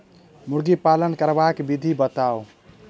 मुर्गी पालन करबाक विधि बताऊ?